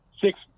six